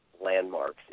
landmarks